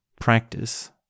practice